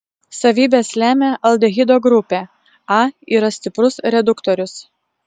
savybes lemia aldehido grupė a yra stiprus reduktorius